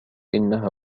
إنها